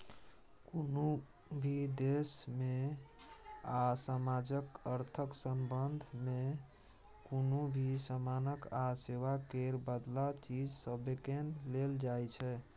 कुनु भी देश में आ समाजक अर्थक संबंध में कुनु भी समानक आ सेवा केर बदला चीज सबकेँ लेल जाइ छै